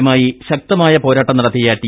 യുമായി ശ്രീക്ത്മായ പോരാട്ടം നടത്തിയ ടി